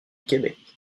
québec